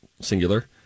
singular